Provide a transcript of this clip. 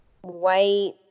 white